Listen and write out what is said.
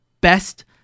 best